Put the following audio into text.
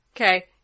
Okay